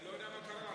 אני לא יודע מה קרה.